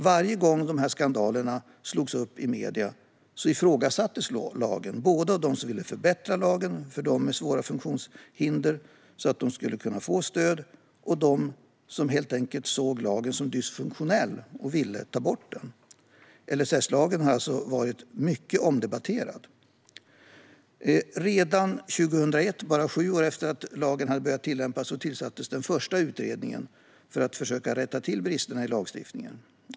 Varje gång skandalerna slogs upp i medierna ifrågasattes lagen både av dem som ville förbättra lagen för dem med svåra funktionshinder så att de skulle kunna få stöd och av dem som helt enkelt såg lagen som dysfunktionell och ville ta bort den. LSS har verkligen varit mycket omdebatterad. Redan 2001, bara sju år efter det att lagen hade börjat tillämpas, tillsattes den första utredningen för att försöka rätta till bristerna i lagstiftningen.